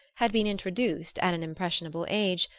had been introduced, at an impressionable age,